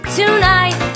tonight